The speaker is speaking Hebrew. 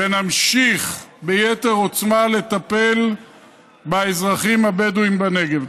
ונמשיך ביתר עוצמה לטפל באזרחים הבדואים בנגב.